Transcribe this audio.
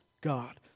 God